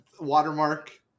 watermark